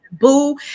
Boo